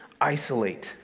isolate